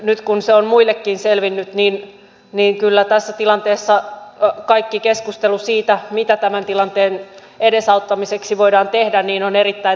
nyt kun se on muillekin selvinnyt niin kyllä tässä tilanteessa kaikki keskustelu siitä mitä tämän tilanteen edesauttamiseksi voidaan tehdä on erittäin tervetullutta